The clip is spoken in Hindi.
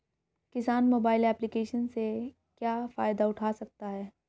किसान मोबाइल एप्लिकेशन से क्या फायदा उठा सकता है?